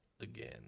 again